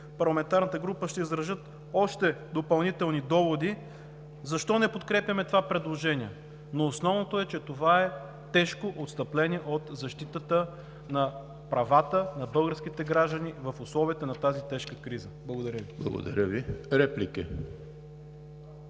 парламентарната група ще изразят още допълнителни доводи защо не подкрепяме това предложение. Но основното е, че това е тежко отстъпление от защитата на правата на българските граждани в условията на тази тежка криза. Благодаря Ви.